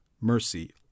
mercy